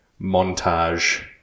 montage